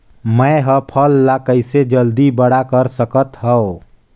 मैं ह फल ला कइसे जल्दी बड़ा कर सकत हव?